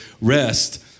rest